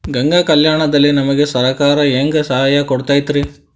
ಗಂಗಾ ಕಲ್ಯಾಣ ದಲ್ಲಿ ನಮಗೆ ಸರಕಾರ ಹೆಂಗ್ ಸಹಾಯ ಕೊಡುತೈತ್ರಿ?